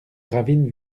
ravine